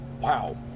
Wow